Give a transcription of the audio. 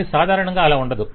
కానీ సాధారణంగా అలా ఉండదు